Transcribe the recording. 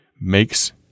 makes